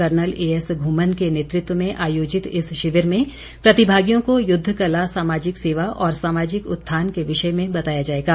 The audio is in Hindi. कर्नल एएस घुम्मन के नेतृत्व में आयोजित इस शिविर में प्रतिभागियों को युद्ध कला सामाजिक सेवा और सामाजिक उत्थान के विषय में बताया जाएगा